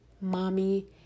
mommy